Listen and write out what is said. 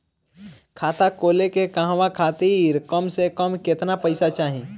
खाता खोले के कहवा खातिर कम से कम केतना पइसा चाहीं?